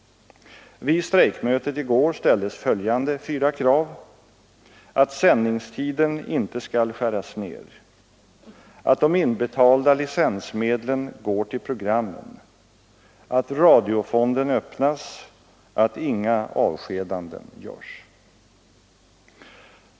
Vid strejkmötet i går ställdes följande fyra krav: att sändningstiden inte skall skäras ned, att de inbetalda licensmedlen går till programmen, att radiofonden öppnas, att inga avskedanden görs.